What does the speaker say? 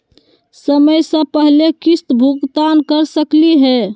समय स पहले किस्त भुगतान कर सकली हे?